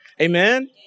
Amen